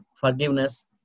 forgiveness